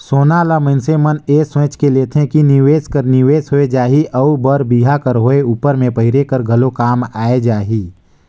सोना ल मइनसे मन ए सोंएच के लेथे कि निवेस कर निवेस होए जाही अउ बर बिहा कर होए उपर में पहिरे कर घलो काम आए जाही